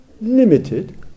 limited